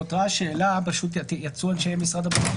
אני חוזר על השאלה לאנשי משרד הבריאות.